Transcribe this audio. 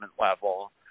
level –